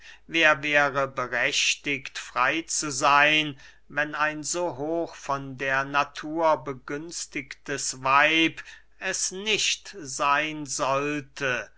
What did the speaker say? wer wäre berechtigt frey zu seyn wenn ein so hoch von der natur begünstigtes weib es nicht seyn sollte